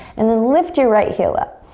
and then lift your right heel up.